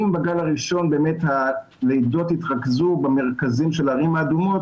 אם בגל הראשון באמת הלידות התרכזו במרכזים של הערים האדומות,